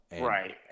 right